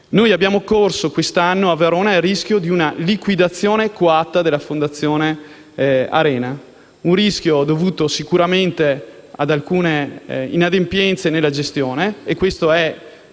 noi abbiamo corso il rischio di una liquidazione coatta della Fondazione Arena: un rischio dovuto sicuramente ad alcune inadempienze nella gestione; questo è